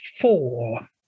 four